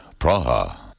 Praha